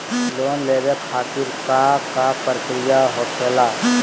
Loan लेवे खातिर का का प्रक्रिया होखेला?